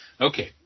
okay